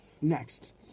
next